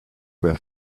were